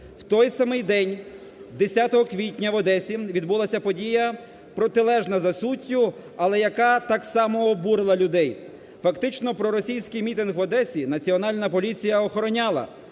В той самий день, 10 квітня, в Одесі відбулася подія протилежна за суттю, але, яка, так само, обурила людей. Фактично проросійський мітинг в Одесі Національна поліція охороняла,